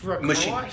machine